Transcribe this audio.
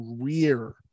career